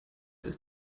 ist